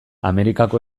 amerikako